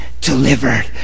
delivered